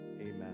Amen